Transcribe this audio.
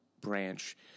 branch